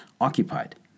occupied